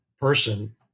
person